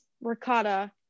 ricotta